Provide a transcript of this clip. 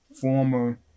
former